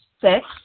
Six